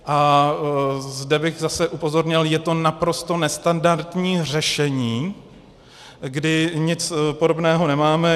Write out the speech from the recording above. A zde bych zase upozornil, je to naprosto nestandardní řešení, kdy nic podobného nemáme.